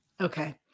Okay